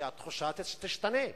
שהתחושה תשתנה,